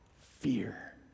fear